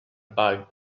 bug